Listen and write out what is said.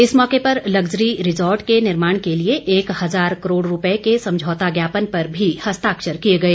इस मौके पर लग्जरी रिजार्ट के निर्माण के लिए एक हजार करोड़ रूपए के समझौता ज्ञापन पर भी हस्ताक्षर किए गए